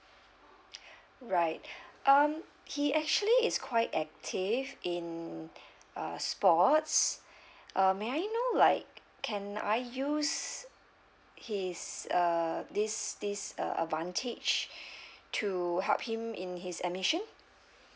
right um he actually is quite active in uh sports um may I know like can I use his uh this this uh advantage to help him in his admission